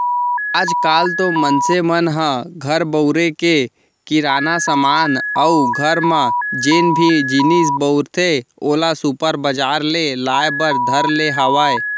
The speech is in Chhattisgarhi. आज काल तो मनसे मन ह घर बउरे के किराना समान अउ घर म जेन भी जिनिस बउरथे ओला सुपर बजार ले लाय बर धर ले हावय